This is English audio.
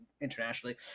internationally